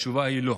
התשובה היא לא.